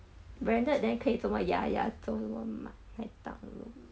branded then 可以这么 yaya 走那么慢还挡路